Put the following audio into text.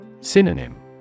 Synonym